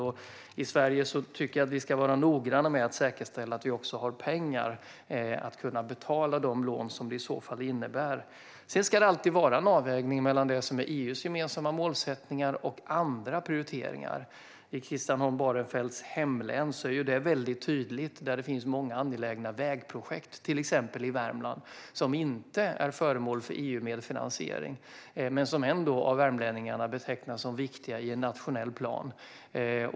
Jag tycker att vi i Sverige ska vara noggranna med att säkerställa att vi har pengar för att kunna betala de lån som detta i så fall innebär. Det ska alltid vara en avvägning mellan EU:s gemensamma målsättningar och andra prioriteringar. I Christian Holm Barenfelds hemlän är detta tydligt. Det finns många angelägna vägprojekt i Värmland, till exempel, som inte är föremål för EU-medfinansiering men som ändå, av värmlänningarna, betecknas som viktiga i en nationell plan.